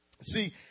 See